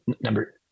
number